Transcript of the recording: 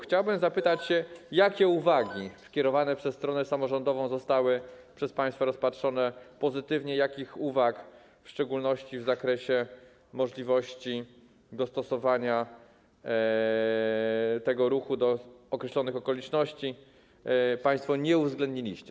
Chciałbym zapytać, jakie uwagi skierowane przez stronę samorządową zostały przez państwa rozpatrzone pozytywnie i jakich uwag, w szczególności w zakresie możliwości dostosowania tego ruchu do określonych okoliczności, państwo nie uwzględniliście.